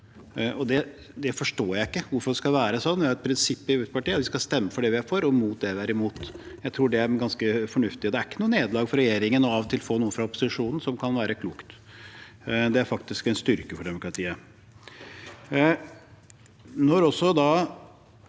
Det forstår jeg ikke. Vi har et prinsipp i Fremskrittspartiet om at vi skal stemme for det vi er for, og imot det vi er imot. Jeg tror det er ganske fornuftig. Det er ikke noe nederlag for regjeringen av og til å få noe fra opposisjonen som kan være klokt. Det er faktisk en styrke for demokratiet.